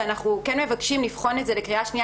ואנחנו כן מבקשים לבחון את זה לקריאה שנייה